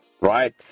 right